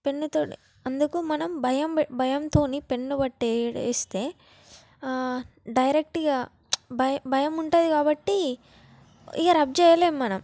పెన్నుతోటి అందుకు మనం భయంతో పెన్ను బట్టి వేస్తే డైరెక్ట్గా భయం భయం ఉంటుంది కాబట్టి ఇగ రబ్ చేయలేం మనం